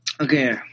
okay